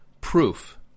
proof